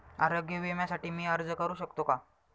आरोग्य विम्यासाठी मी अर्ज करु शकतो का?